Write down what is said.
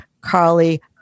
Carly